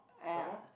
some more